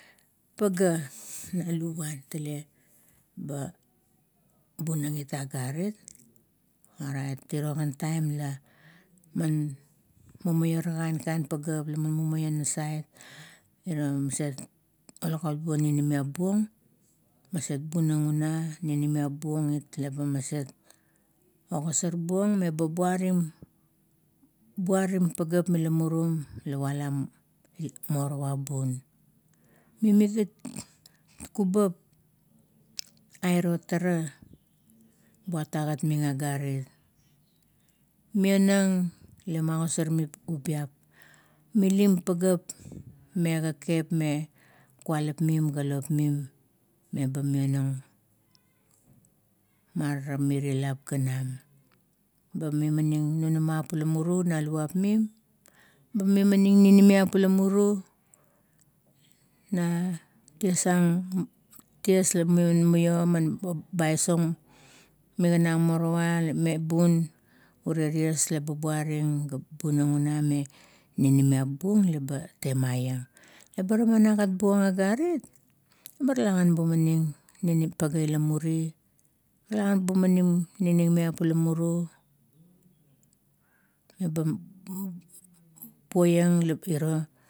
Pagea na luvan, tale ba, bunang it agarit. Orait iro gan taim la man, mumaiora kain, kain pageap la mumaio nasaet em maset olugut bung ninimiap buong, maset bunang una ninimiap bung it, leba maset ogasor buong meba buarim, buarim pageap mila murum la ualam it morowa bun. Mimi gat kubap i iro tara buat agat ming agarit, mionang la magosar ming ubiap. Milim pageap me kekep, me kualap mim ga lop mim maionang maramirie na lap ganam, ba mimaning ninimiap ula muru na lugap mim. Ba mimaning ninimiap ula muru na ties ang, ties laman bais o magana ang morowa me bun, urie ties laba puaring ga bunang una me ninimiap bung ba temaieng. Eba na man agat buong agarit rala gan bumaning pagea ila muru, talagan bumaning ninimiap ula muru, eba.